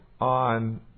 on